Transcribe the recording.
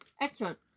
Excellent